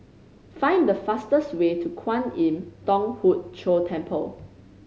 find the fastest way to Kwan Im Thong Hood Cho Temple